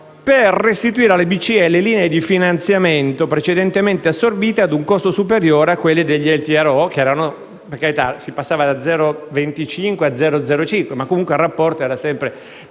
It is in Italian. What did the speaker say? per restituire alla BCE le linee di finanziamento precedentemente assorbite ad un costo superiore a quelle dei LTRO. Si passava da 0,25 a 0,05 ma il rapporto era sempre